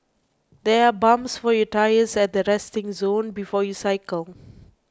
there are pumps for your tyres at the resting zone before you cycle